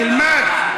תלמד.